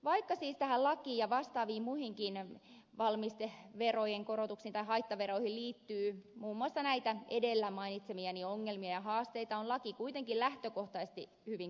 vaikka siis tähän lakiin ja vastaaviin muihinkin valmisteverojen korotuksiin tai haittaveroihin liittyy muun muassa näitä edellä mainitsemiani ongelmia ja haasteita on laki kuitenkin lähtökohtaisesti hyvin kannatettava